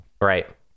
right